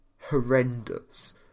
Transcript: horrendous